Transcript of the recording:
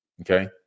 Okay